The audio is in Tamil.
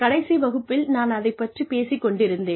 கடைசி வகுப்பில் நான் அதைப் பற்றிப் பேசிக் கொண்டிருந்தேன்